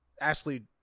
Ashley